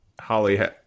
Holly